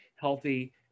healthy